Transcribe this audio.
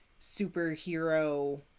superhero